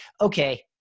okay